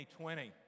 2020